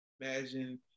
imagine